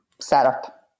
setup